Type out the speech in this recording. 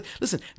Listen